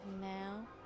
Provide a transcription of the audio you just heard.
Now